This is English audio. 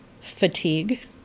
fatigue